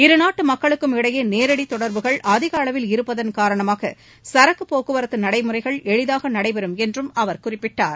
இரு நாட்டு மக்களுக்கும் இடையே நேரடி தொடர்புகள் அதிக அளவில் இருப்பதன் காரணமாக சரக்குப்போக்குவரத்து நடைமுறைகள் எளிதாக நடைபெறும் என்றும் அவர் குறிப்பிட்டார்